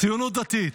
ציונות דתית,